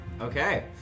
Okay